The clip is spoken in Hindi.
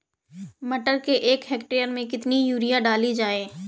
मटर के एक हेक्टेयर में कितनी यूरिया डाली जाए?